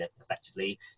effectively